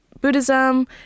Buddhism